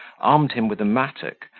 armed him with a mattock,